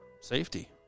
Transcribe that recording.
Safety